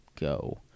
go